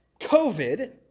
COVID